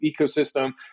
ecosystem